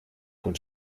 con